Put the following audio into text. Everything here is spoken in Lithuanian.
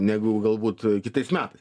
negu galbūt a kitais metais